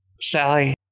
Sally